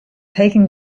taking